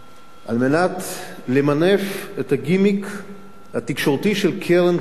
על מנת למנף את הגימיק התקשורתי של קרן פרטית